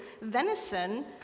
venison